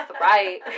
right